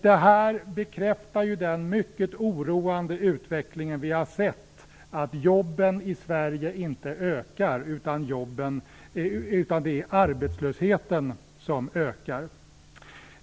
Det bekräftar den mycket oroande utveckling som vi har sett, att jobben i Sverige inte ökar utan att det är arbetslösheten som ökar.